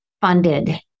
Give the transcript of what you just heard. funded